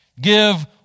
give